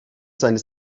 seines